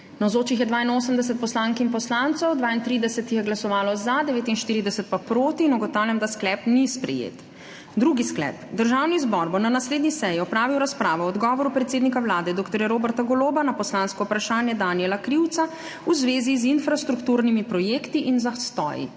Navzočih je 82 poslank in poslancev, 32 jih je glasovalo za, 49 pa proti. (Za je glasovalo 32.) (Proti 49.) Ugotavljam, da sklep ni sprejet. Drugi sklep: Državni zbor bo na naslednji seji opravil razpravo o odgovoru predsednika Vlade dr. Roberta Goloba na poslansko vprašanje Danijela Krivca v zvezi z infrastrukturnimi projekti in zastoji.